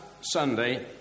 Sunday